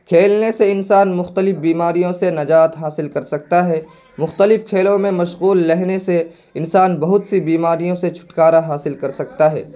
کھیلنے سے انسان مختلف بیماریوں سے نجات حاصل کر سکتا ہے مختلف کھیلوں میں مشغول رہنے سے انسان بہت سی بیماریوں سے چھٹکارا حاصل کر سکتا ہے